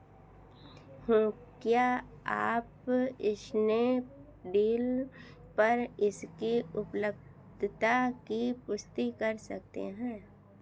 हूँ क्या आप इसमें बिल पर इसकी उपलब्धता की पुष्टि कर सकते हैं